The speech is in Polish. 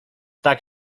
tak